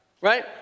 right